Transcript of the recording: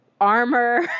Armor